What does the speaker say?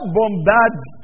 bombards